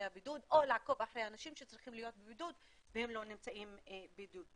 הבידוד או לעקוב אחר אנשים שצריכים להיות בבידוד והם לא נמצאים בבידוד.